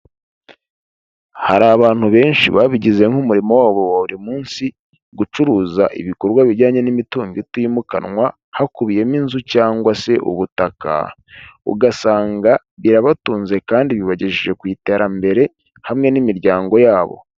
Hari abantu benshi babigizemo nk'umurimo wabo buri munsi, gucuruza ibikorwa bijyanye n'imitungo itimukanwa, hakubiyemo inzu cyangwa se ubutaka, ugasanga birabatunze kandi bibagejeje ku iterambere hamwe n'imiryango yabo.